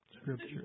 Scripture